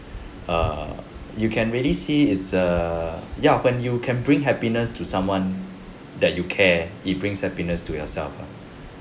err you can really see it's err ya when you can bring happiness to someone that you care it brings happiness to yourself lah